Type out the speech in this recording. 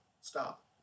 Stop